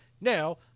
Now